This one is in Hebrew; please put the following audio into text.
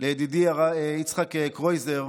לידידי יצחק קרויזר